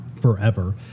forever